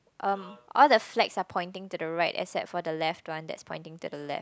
um all the flags are pointing to the right except for the left one that's pointing to the left